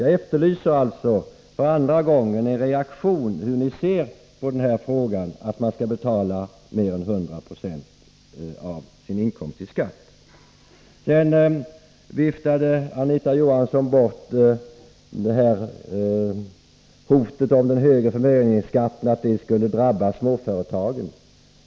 Jag efterlyser därför för andra gången hur ni ser på det förhållandet att en person är tvungen att betala mer än 100 96 av sin inkomst i skatt. Anita Johansson viftade bort hotet om att den högre förmögenhetsskatten skulle drabba småföretagen.